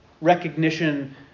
Recognition